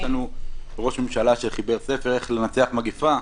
לנו ראש ממשלה שחיבר ספר איך לנצח מגפה.